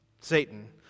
Satan